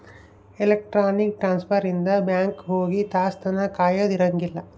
electronic transfer ಇಂದ bank ಹೋಗಿ ತಾಸ್ ತನ ಕಾಯದ ಇರಂಗಿಲ್ಲ